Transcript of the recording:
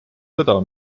seda